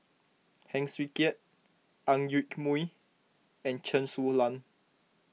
Heng Swee Keat Ang Yoke Mooi and Chen Su Lan